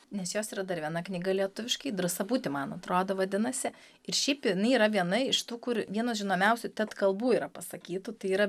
nes jos yra dar viena knyga lietuviškai drąsa būti man atrodo vadinasi ir šiaip jinai yra viena iš tų kur vienas žinomiausių ted kalbų yra pasakytų tai yra